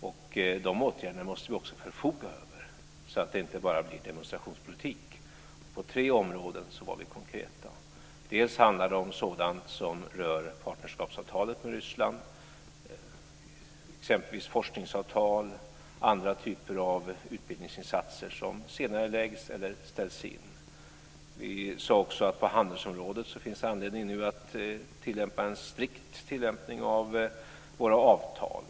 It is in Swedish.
Dessa åtgärder måste vi också förfoga över, så att det inte bara blir demonstrationspolitik. På tre områden var vi konkreta. Det handlade om sådant som rör partnerskapsavtalet med Ryssland, exempelvis forskningsavtal och andra typer av utbildningsinsatser som senareläggs eller ställs in. Vi sade också att det nu finns anledning att på handelsområdet ha en strikt tillämpning av våra avtal.